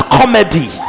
comedy